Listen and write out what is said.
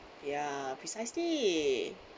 ya precisely